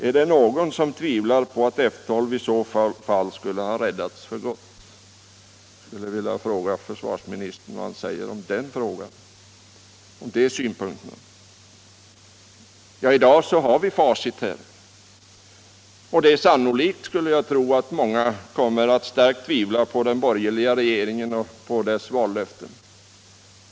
Är det någon som tvivlar på att F 12 i så fall skulle ha räddats för gott?” Jag skulle vilja fråga försvarsministern vad han säger om de synpunkterna. Ja, i dag har vi facit. Sannolikt kommer många att starkt tvivla på den borgerliga regeringen och dess vallöften.